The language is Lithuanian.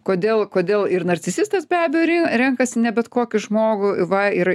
kodėl kodėl ir narcisistas be abejo ri renkasi ne bet kokį žmogų va ir